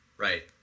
Right